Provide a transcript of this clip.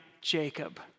Jacob